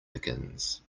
begins